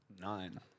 Nine